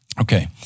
Okay